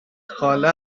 خاله